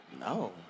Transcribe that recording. No